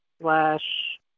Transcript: slash